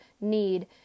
need